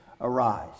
arise